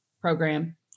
program